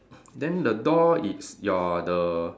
then the door it's your the